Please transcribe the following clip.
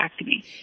acne